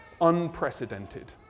unprecedented